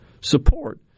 support